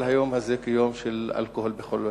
היום הזה כיום של אלכוהול בכל בתי-הספר.